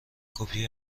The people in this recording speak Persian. کپی